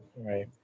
Right